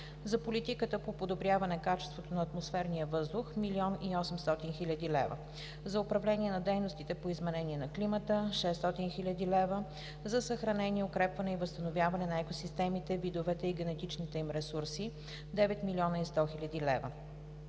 за политиката по подобряване качеството на атмосферния въздух – 1 млн. 800 хил. лв.; за управление на дейностите по изменение на климата – 600 хил. лв.; за съхранение, укрепване и възстановяване на екосистемите, видовете и генетичните им ресурси – 9 млн.